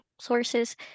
sources